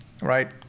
right